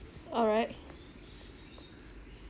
alright